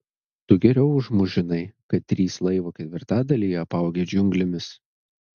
tu geriau už mus žinai kad trys laivo ketvirtadaliai apaugę džiunglėmis